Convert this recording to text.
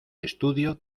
estudio